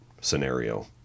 scenario